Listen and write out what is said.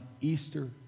Easter